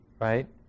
right